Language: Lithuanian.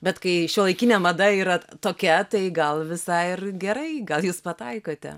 bet kai šiuolaikinė mada yra tokia tai gal visai ir gerai gal jūs pataikote